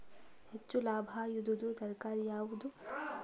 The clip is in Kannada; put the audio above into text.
ಹೆಚ್ಚು ಲಾಭಾಯಿದುದು ತರಕಾರಿ ಯಾವಾದು?